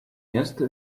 jest